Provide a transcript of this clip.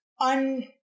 un